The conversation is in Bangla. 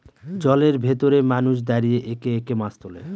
জলের ভেতরে মানুষ দাঁড়িয়ে একে একে মাছ তোলে